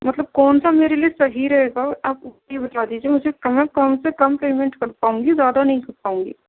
مطلب کون سا میرے لیے سہی رہے گا آپ وہی بتا دیجیے مجھے کم کون سے کم پیمینٹ کر پاؤں گی زیادہ نہیں کر پاؤں گی